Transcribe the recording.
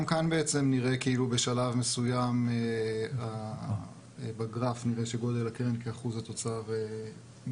גם כאן נראה כאילו בשלב מסוים בגרף נראה שגודל הקרן כאחוז התוצר מעט